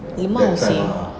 lemau say